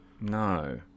No